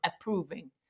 approving